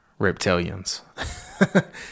reptilians